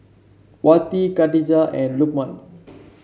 Wati Khadija and Lukman